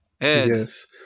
Yes